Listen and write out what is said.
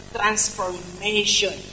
Transformation